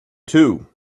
too